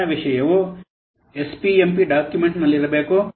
ಕೆಳಗಿನ ವಿಷಯವು ಎಸ್ಪಿಎಂಪಿ ಡಾಕ್ಯುಮೆಂಟ್ನಲ್ಲಿರಬೇಕು